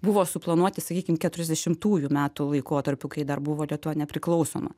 buvo suplanuoti sakykim keturiasdešimųjų metų laikotarpiu kai dar buvo lietuva nepriklausoma